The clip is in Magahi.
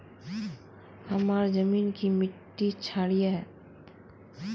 हमार जमीन की मिट्टी क्षारीय है?